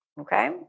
okay